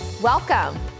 Welcome